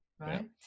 Right